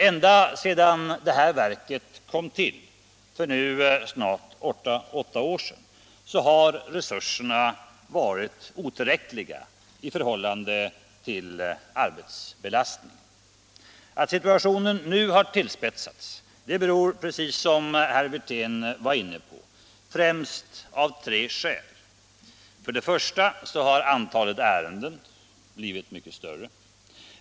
Ända sedan verket kom till för nu snart åtta år sedan har resurserna varit otillräckliga i förhållande till arbetsbelastningen. Att situationen nu har tillspetsats har, precis som herr Wirtén var inne på, främst tre orsaker: För det första har antalet ärenden blivit mycket större.